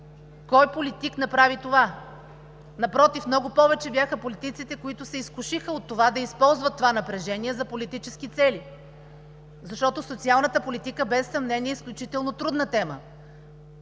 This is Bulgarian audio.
Кой политик направи това? Напротив, много повече бяха политиците, които се изкушиха от това да използват това напрежение за политически цели. Защото социалната политика без съмнение е изключително трудна тема.